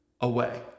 away